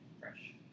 fresh